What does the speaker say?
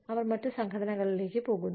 അവർ മറ്റ് സംഘടനകളിലേക്ക് പോകുന്നു